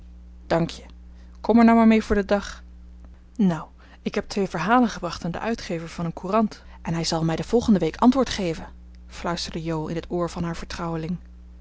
dank je kom er nou maar mee voor den dag nou ik heb twee verhalen gebracht aan den uitgever van een courant en hij zal mij de volgende week antwoord geven fluisterde jo in het oor van haar vertrouweling